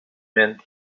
meant